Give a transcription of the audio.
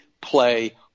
play